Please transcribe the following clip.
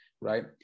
right